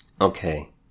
Okay